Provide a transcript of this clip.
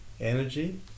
Energy